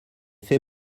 fait